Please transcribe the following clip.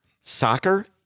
soccer